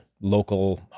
local